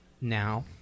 now